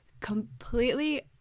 completely